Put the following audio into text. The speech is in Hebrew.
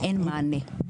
אין מענה,